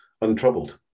untroubled